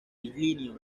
illinois